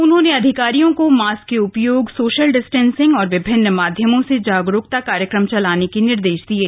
उन्होंने अधिकारियों को मास्क के उपयोग सोशल डिस्टेंसिंग और विभिन्न माध्यमों से जागरूकता कार्यक्रम चलाने के निर्देश दिये